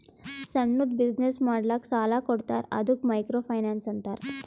ಸಣ್ಣುದ್ ಬಿಸಿನ್ನೆಸ್ ಮಾಡ್ಲಕ್ ಸಾಲಾ ಕೊಡ್ತಾರ ಅದ್ದುಕ ಮೈಕ್ರೋ ಫೈನಾನ್ಸ್ ಅಂತಾರ